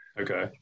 Okay